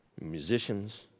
musicians